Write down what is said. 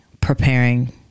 preparing